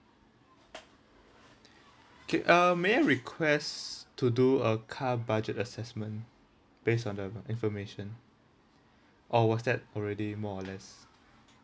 okay uh may I request to do a car budget assessment base on the information or was that already more or less